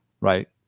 right